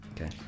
Okay